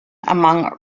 among